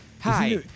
hi